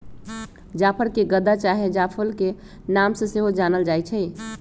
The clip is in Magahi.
जाफर के गदा चाहे जायफल के नाम से सेहो जानल जाइ छइ